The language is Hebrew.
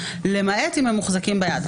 למעט אם הם מוחזקים ביד.